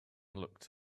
looked